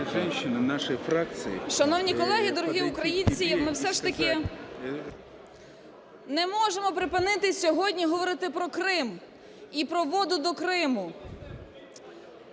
Шановні колеги! Дорогі українці! Ми все ж таки не можемо припинити сьогодні говорити про Крим і про воду до Криму.